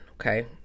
Okay